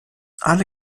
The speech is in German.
alle